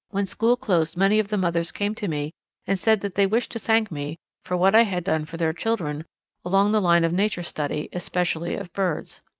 when school closed many of the mothers came to me and said that they wished to thank me for what i had done for their children along the line of nature study, especially of birds.